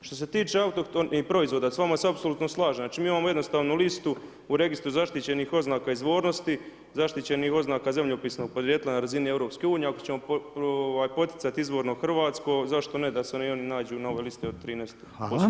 Što se tiče autohtonih proizvoda, s vama se apsolutno slažem, znači mi imamo jednostavnu listu u registru zaštićenih oznaka izvornosti, zaštićenih oznaka zemljopisnog podrijetla na razini EU, ako ćemo poticati izvorno hrvatsko, zašto ne da se i oni nađu na ovoj listi od 13% PDV-a.